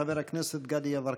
חבר הכנסת גדי יברקן.